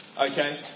Okay